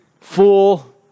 fool